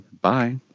Bye